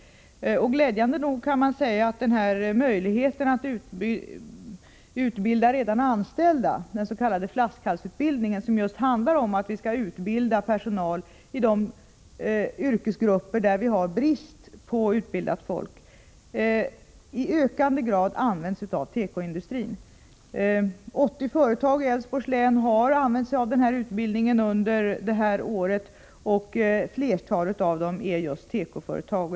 Glädjande nog kan man säga att möjligheten att utbilda redan anställda — den s.k. flaskhalsutbildningen, som just är avsedd för att utbilda personal inom de yrkesgrupper där det råder brist på utbildat folk —i ökande grad utnyttjas av tekoindustrin. 80 företag i Älvsborgs län har prövat på den här utbildningen under detta år, och flertalet av dessa företag är just tekoföretag.